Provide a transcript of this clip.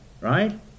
right